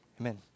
amen